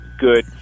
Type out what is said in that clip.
good